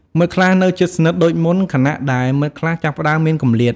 មិត្តខ្លះនៅជិតស្និទ្ធដូចមុន ខណៈដែលមិត្តខ្លះចាប់ផ្តើមមានគម្លាត។